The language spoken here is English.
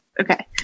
Okay